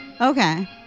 Okay